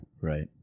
Right